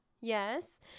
Yes